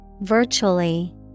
Virtually